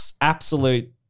absolute